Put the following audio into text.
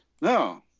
no